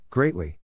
Greatly